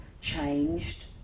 changed